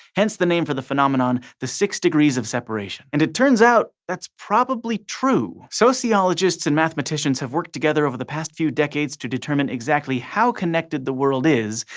hence the name for the phenomenon, the six degrees of separation. and it turns out that's probably true. sociologists and mathematicians have worked together over the past few decades to determine exactly how connected the world is,